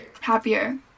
happier